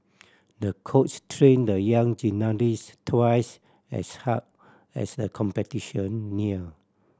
the coach trained the young gymnast twice as hard as the competition neared